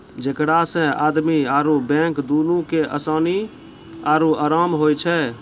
जेकरा से आदमी आरु बैंक दुनू के असानी आरु अराम होय छै